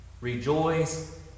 rejoice